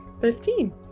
Fifteen